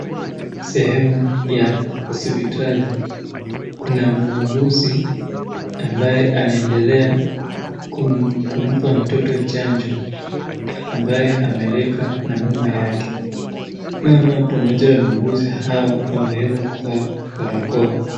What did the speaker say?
Sehemu ya hosptili. Kuna muuguzi anayeendelea kumpa mtoto chanjo ambaye ameletwa na mama yake. Mama pamoja na muuguzi wao wameeweza kuvaa barakoa.